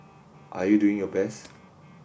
are you doing your best